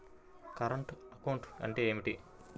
Current account అంటే ఏమిటి?